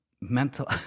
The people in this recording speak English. mental